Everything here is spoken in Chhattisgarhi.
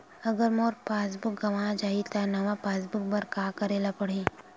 अगर मोर पास बुक गवां जाहि त नवा पास बुक बर का करे ल पड़हि?